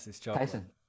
Tyson